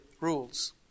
rules